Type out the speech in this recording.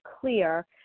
clear